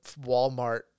Walmart